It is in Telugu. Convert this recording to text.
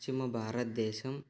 పశ్చిమ భారతదేశం